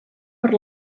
per